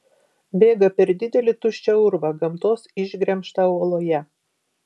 bėga per didelį tuščią urvą gamtos išgremžtą uoloje